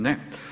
Ne.